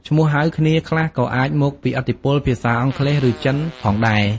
ឈ្មោះហៅគ្នាខ្លះក៏អាចមកពីឥទ្ធិពលភាសាអង់គ្លេស ឬចិនផងដែរ។